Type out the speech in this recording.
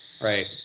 Right